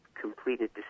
completed